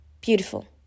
beautiful